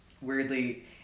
weirdly